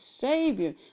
Savior